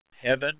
heaven